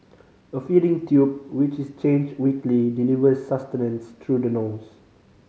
a feeding tube which is changed weekly delivers sustenance through the nose